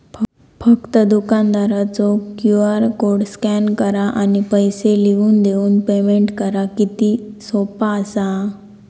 फक्त दुकानदारचो QR code scan करा आणि पैसे लिहून देऊन पेमेंट करा किती सोपा असा